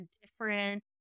different